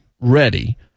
ready